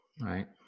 right